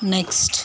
next